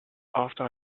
after